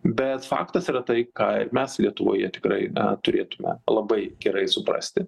bet faktas yra tai ką ir mes lietuvoje tikrai turėtume labai gerai suprasti